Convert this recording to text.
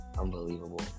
unbelievable